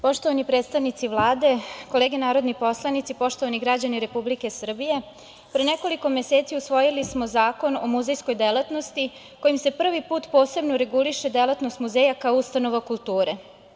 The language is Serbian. Poštovani predstavnici Vlade, kolege narodni poslanici, poštovani građani Republike Srbije, pre nekoliko meseci usvojili smo Zakon o muzejskoj delatnosti kojim se prvi put posebno reguliše delatnost muzeja kao ustanova kulture.